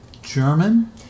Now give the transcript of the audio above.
German